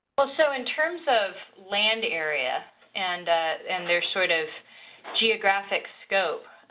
ah so in terms of land area and and their sort of geographic scope,